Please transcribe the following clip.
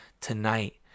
tonight